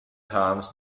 harms